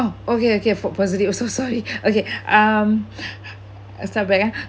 oh okay okay for positive so sorry okay um start back ah